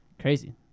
Crazy